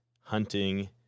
hunting